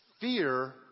Fear